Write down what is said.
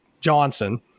johnson